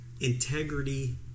integrity